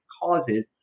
causes